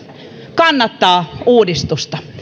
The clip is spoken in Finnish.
kannattaa uudistusta